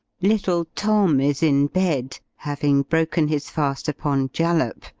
little tom is in bed, having broken his fast upon jalap,